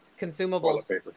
consumables